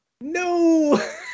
No